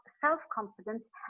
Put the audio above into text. self-confidence